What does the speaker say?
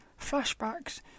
flashbacks